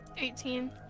Eighteen